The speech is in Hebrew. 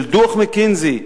של דוח "מקינזי",